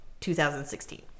2016